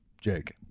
Jake